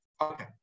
Okay